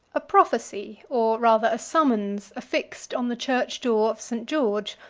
a prophecy, or rather a summons, affixed on the church door of st. george,